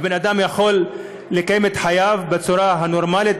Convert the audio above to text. ובן אדם יכול לקיים את חייו בצורה נורמלית